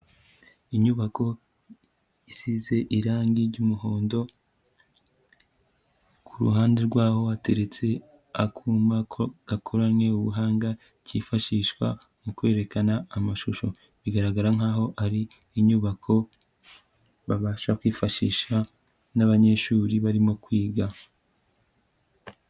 Inyubako isize irangi ry'umuhondo, ku ruhande rw'aho hateretse akuma ko gakoranye ubuhanga, kifashishwa mu kwerekana amashusho. Bigaragara nk'aho ari inyubako babasha kwifashisha, n'abanyeshuri barimo kwiga.